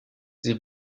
sie